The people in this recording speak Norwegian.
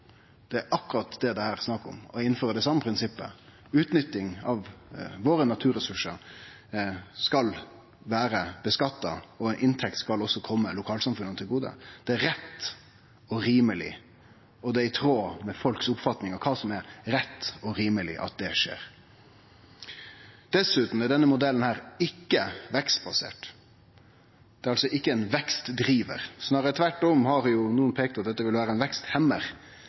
Det er akkurat det det er snakk om her – å innføre det same prinsippet. Utnyttinga av naturressursane våre skal vere skattlagd, og inntektene skal også kome lokalsamfunna til gode. Det er rett og rimeleg, og det er i tråd med folks oppfatning av kva som er rett og rimeleg, at det skjer. Dessutan er denne modellen ikkje vekstbasert, det er altså ikkje ein vekstdrivar. Snarare tvert om har nokon peikt på at dette vil vere ein